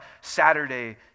Saturday